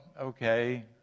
okay